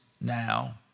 now